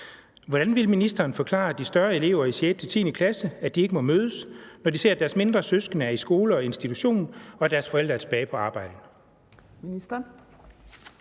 Hvordan vil ministeren forklare de større skoleelever i 6.-10. klasse, at de ikke må mødes, når de ser, at deres mindre søskende er i skole og i institution, og at deres forældre er tilbage på arbejde?